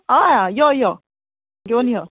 हय हय यो यो घेवन यो